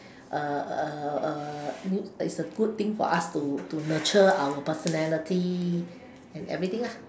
uh uh uh new it's a good thing for us to to nurture our personality and everything lah